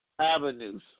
avenues